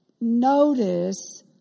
Notice